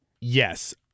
Yes